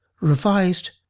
revised